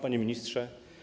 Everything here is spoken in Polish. Panie Ministrze!